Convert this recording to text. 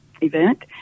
event